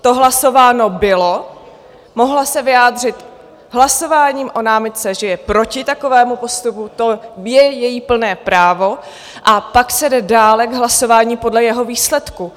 To hlasováno bylo, mohla se vyjádřit hlasováním o námitce, že je proti takovému postupu, to je její plné právo, a pak se jde dále k hlasování podle jeho výsledku.